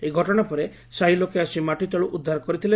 ଏହି ଘଟଶା ପରେ ସାହି ଲୋକେ ଆସି ମାଟି ତଳୁ ଉଦ୍ଧାର କରିଥିଲେ